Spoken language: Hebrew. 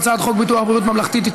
הצעת החוק נתקבלה בקריאה טרומית,